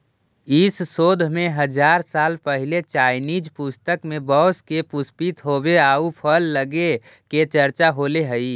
इस शोध में हजार साल पहिले चाइनीज पुस्तक में बाँस के पुष्पित होवे आउ फल लगे के चर्चा होले हइ